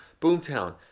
boomtown